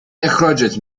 اخراجت